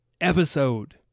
episode